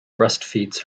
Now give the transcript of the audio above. breastfeeds